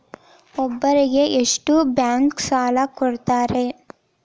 ಒಬ್ಬರಿಗೆ ಎಷ್ಟು ಬ್ಯಾಂಕ್ ಸಾಲ ಕೊಡ್ತಾರೆ?